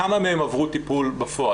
כמה מהם עברו טיפול בפועל.